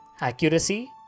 accuracy